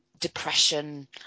depression